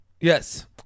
Yes